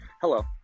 Hello